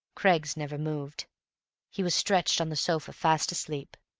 craggs never moved he was stretched on the sofa fast asleep.